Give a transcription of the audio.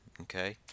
okay